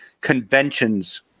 conventions